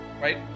right